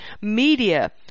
media